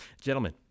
Gentlemen